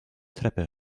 treppe